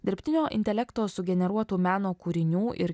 dirbtinio intelekto sugeneruotų meno kūrinių ir